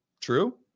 True